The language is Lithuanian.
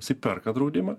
jisai perka draudimą